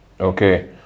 Okay